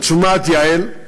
את שומעת, יעל,